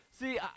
See